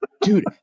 dude